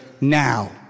now